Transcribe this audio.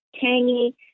tangy